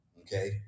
okay